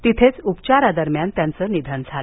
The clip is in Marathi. तिथेच उपचारादरम्यान त्यांच निधन झालं